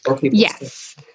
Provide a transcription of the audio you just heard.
Yes